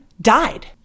died